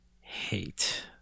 hate